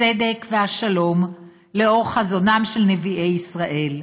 הצדק והשלום לאור חזונם של נביאי ישראל,